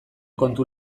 kontu